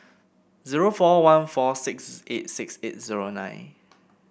zero four one four six eight six eight zero nine